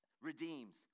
redeems